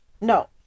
no